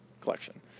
collection